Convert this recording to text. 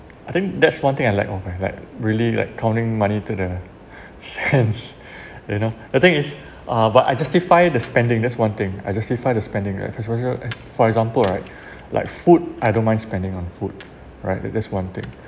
I think that's one thing I lack of I'm like really like counting money to the cents you know the thing is uh but I justify the spending that's one thing I justify the spending right especially for example right like food I don't mind spending on food right because one thing